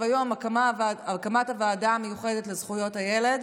היום: הקמת הוועדה המיוחדת לזכויות הילד,